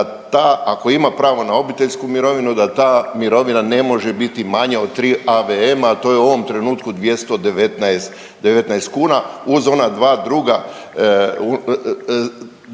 ako ima pravo na obiteljsku mirovinu da ta mirovina ne može biti manje od tri AVM-a, a to je u ovom trenutku 219 kuna uz ona dva druga,